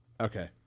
okay